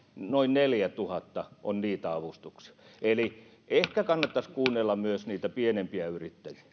noin neljätuhatta on niitä avustuksia eli ehkä kannattaisi kuunnella myös niitä pienempiä yrittäjiä